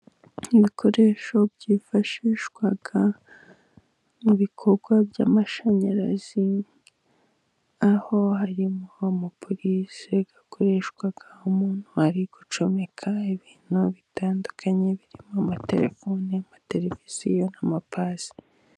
Ibikoresho byifashishwa mu bikorwa by'amashanyarazi, aho harimo umapurize akoreshwa umuntu ari gucomeka ibintu bitandukanye, birimo amaterefone, amatereviziyo n'amapasi.